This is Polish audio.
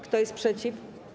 Kto jest przeciw?